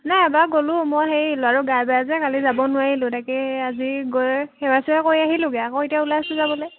নাই এবাৰ গ'লোঁ মই হেৰি ল'ৰাটো গা বেয়া যে কালি যাব নোৱাৰিলোঁ তাকে আজি গৈ সেৱা চেৱা কৰি আহিলোঁগৈ আকৌ এতিয়া ওলাইছো যাবলৈ